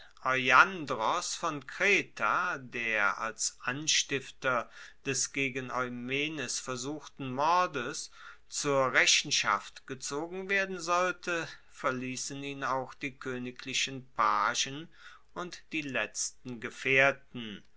euandros von kreta der als anstifter des gegen eumenes versuchten mordes zur rechenschaft gezogen werden sollte verliessen ihn auch die koeniglichen pagen und die letzten gefaehrten